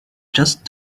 just